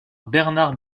bernard